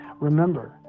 Remember